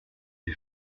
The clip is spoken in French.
les